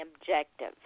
objective